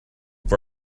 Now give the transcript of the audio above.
for